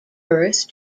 birth